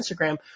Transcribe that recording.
Instagram